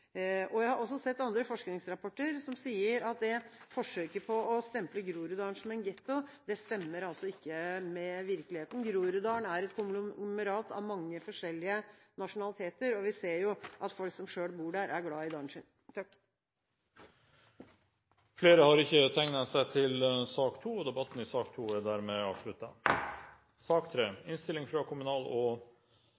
Jeg har også sett andre forskningsrapporter som sier at forsøket på å stemple Groruddalen som en getto, ikke stemmer med virkeligheten. Groruddalen er et konglomerat av mange forskjellige nasjonaliteter, og vi ser jo at folk som selv bor der, er glad i dalen sin. Flere har ikke bedt om ordet til sak nr. 2. Etter ønske fra kommunal- og